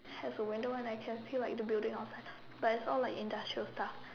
has a window and I can see like the building all that but it's all like industrial stuff